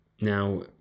Now